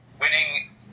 winning